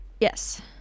Yes